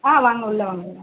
ஆ வாங்க உள்ளே வாங்க மேடம்